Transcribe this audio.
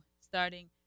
starting